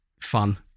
fun